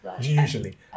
usually